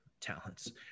talents